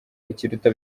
ikiruta